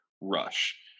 Rush